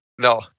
No